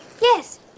Yes